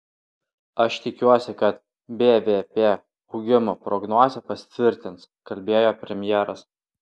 aš tikiuosi kad bvp augimo prognozė pasitvirtins kalbėjo premjeras